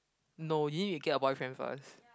no you need to get a boyfriend first